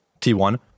T1